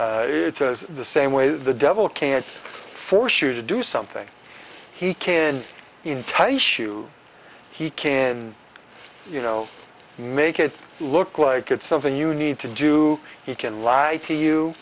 a the same way the devil can't force you to do something he can entice you he can you know make it look like it's something you need to do he can lie to you